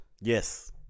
Yes